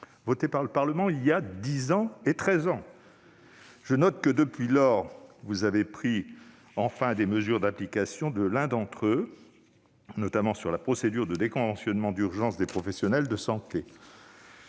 votés par le Parlement il y a dix et treize ans. Je note que, depuis lors, vous avez enfin pris les mesures d'application de l'un d'entre eux, qui concerne la procédure de déconventionnement d'urgence des professionnels de santé.